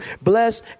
Bless